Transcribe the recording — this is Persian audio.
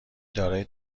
دارای